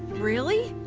really?